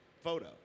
photo